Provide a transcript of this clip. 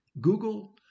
Google